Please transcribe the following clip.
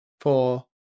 four